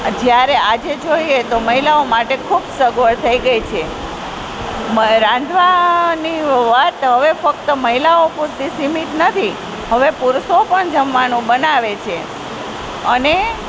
જ્યારે આજે જોઈએ તો મહિલાઓ માટે ખૂબ સગવડ થઈ ગઈ છે રાંધવાની વાત હવે ફક્ત મહિલાઓ પૂરતી સિમિત નથી હવે પુરુષો પણ જમવાનું બનાવે છે અને